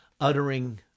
uttering